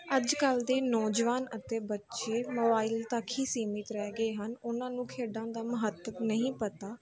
ਅੱਜ ਕੱਲ੍ਹ ਦੇ ਨੌਜਵਾਨ ਅਤੇ ਬੱਚੇ ਮੋਬਾਇਲ ਤੱਕ ਹੀ ਸੀਮਿਤ ਰਹਿ ਗਏ ਹਨ ਉਹਨਾਂ ਨੂੰ ਖੇਡਾਂ ਦਾ ਮਹੱਤਵ ਨਹੀਂ ਪਤਾ